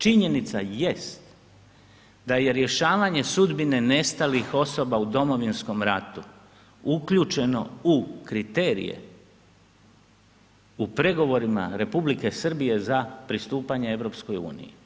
Činjenica jest da je rješavanje sudbine nestalih osoba u Domovinskom ratu uključeno u kriterije u pregovorima Republike Srbije za pristupanje EU-u.